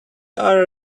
are